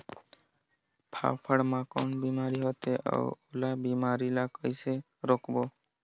फाफण मा कौन बीमारी होथे अउ ओला बीमारी ला कइसे रोकबो?